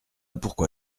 pourquoi